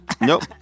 Nope